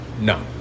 no